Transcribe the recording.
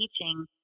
teaching